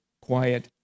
quiet